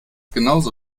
genauso